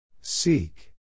Seek